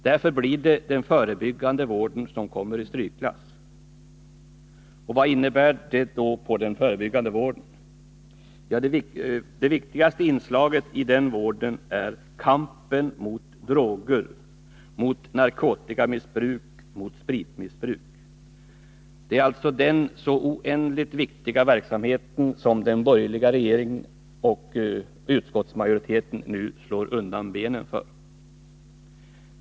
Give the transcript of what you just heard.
Därför blir det den förebyggande vården som kommer i strykklass. Vad innefattas då i den förebyggande vården? Ja, det viktigaste inslaget i den vården är kampen mot droger, mot narkotikamissbruk och spritmissbruk. Det är alltså denna så oändligt viktiga verksamhet som den borgerliga regeringen och utskottsmajoriteten nu slår undan benen för.